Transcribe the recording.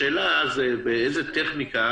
השאלה היא באיזו טכניקה,